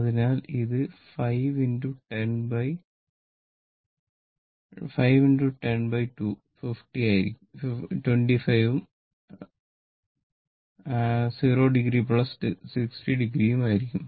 അതിനാൽ ഇത് 5 10 502 ആയിരിക്കും അതിനാൽ 25 ഉം 0o 60o ഉം ആയിരിക്കും